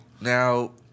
Now